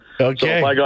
Okay